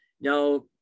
Now